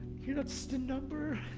he wants to number